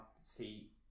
see